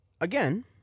Again